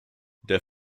der